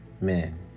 men